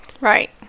Right